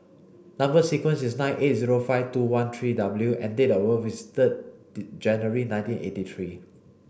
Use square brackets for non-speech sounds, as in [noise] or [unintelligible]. number sequence is T nine eight zero five two one three W and date of birth is third [unintelligible] January nineteen eighty three